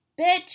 bitch